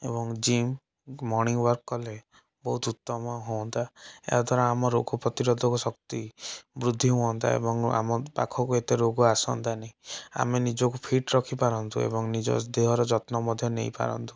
ଏବଂ gym morning walk କଲେ ବହୁତ ଉତ୍ତମ ହୁଅନ୍ତା ଏହାଦ୍ଵାରା ଆମ ରୋଗପ୍ରତିରୋଧକଶକ୍ତି ବୃଦ୍ଧି ହୁଅନ୍ତା ଏବଂ ଆମ ପାଖୁକୁ ଏତେ ରୋଗ ଆସନ୍ତାନି ଆମେ ନିଜକୁ ଫିଟ ରଖିପାରନ୍ତୁ ଏବଂ ନିଜ ଦେହର ଯତ୍ନ ମଧ୍ୟ ନେଇପାରନ୍ତୁ